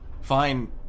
Fine